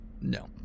No